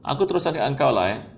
aku terus cakap dengan kau lah eh